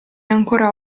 ancora